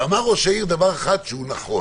אמר ראש העיר דבר אחד נכון,